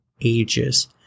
ages